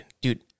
Dude